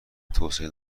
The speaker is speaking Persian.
توسعه